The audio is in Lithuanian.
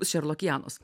šerlok janos